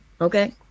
okay